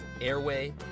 airway